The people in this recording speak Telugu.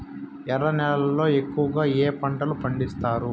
ఎర్ర నేలల్లో ఎక్కువగా ఏ పంటలు పండిస్తారు